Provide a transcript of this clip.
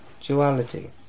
duality